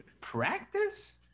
practice